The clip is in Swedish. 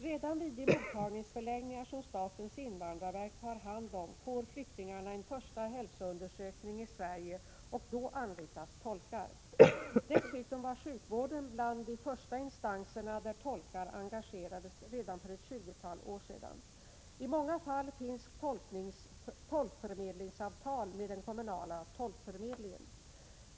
Redan vid de mottagningsförläggningar som statens invandrarverk har hand om får flyktingarna en första hälsoundersäkning i Sverige, och då anlitas tolkar. Dessutom var sjukvården bland de första instanserna där tolkar engagerades redan för ett tjugotal år sedan. I många fall finns tolkförmedlingsavtal med den kommunala tolkförmedlingen.